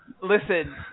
listen